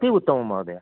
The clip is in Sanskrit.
अति उत्तमं महोदया